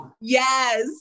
yes